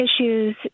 issues